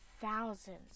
thousands